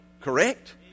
correct